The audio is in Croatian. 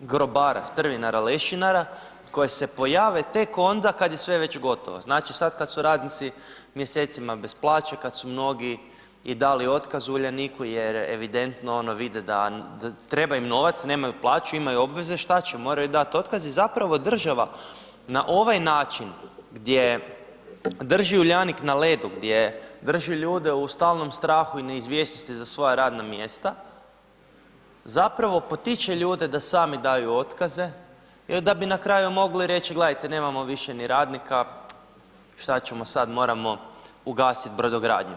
grobara, strvinara, lešinara koji se pojave tek onda kad je sve već gotovo, znači sad kad su radnici mjesecima bez plaće, kad su mnogi i dali otkaz u Uljaniku jer evidentno vide da treba im novac, nemaju plaću, imaju obveze, šta će, moraju dat otkaz i zapravo država na ovaj način gdje drži Uljanik na ledu, gdje drži ljude u stalnom strahu i neizvjesnosti za svoja radna mjesta, zapravo potiče ljude da sami daju otkaze da bi na kraju mogli reći gledajte, nemamo više ni radnika, šta ćemo sad, moramo ugasiti brodogradnju.